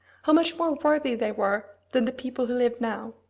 how much more worthy they were than the people who live now!